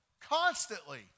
constantly